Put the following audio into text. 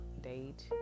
date